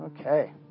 Okay